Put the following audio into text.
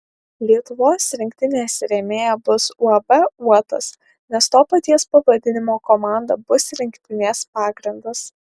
lietuvos rinktinės rėmėja bus uab uotas nes to paties pavadinimo komanda bus rinktinės pagrindas